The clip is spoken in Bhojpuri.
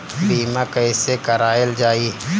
बीमा कैसे कराएल जाइ?